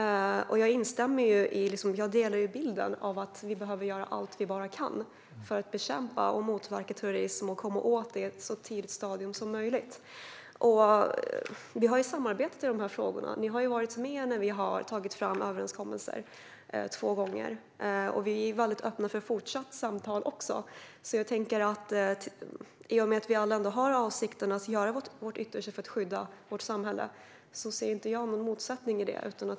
Jag delar bilden att vi behöver göra allt vi bara kan för att bekämpa och motverka terrorism och komma åt den i ett så tidigt stadium som möjligt. Vi har samarbete i de här frågorna. Ni har ju varit med när vi två gånger har tagit fram överenskommelser. Vi är öppna för fortsatt samtal också, och i och med att vi alla har avsikten att göra vårt yttersta för att skydda vårt samhälle ser inte jag någon motsättning i detta.